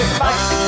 fight